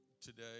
today